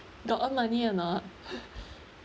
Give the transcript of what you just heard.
got own money or not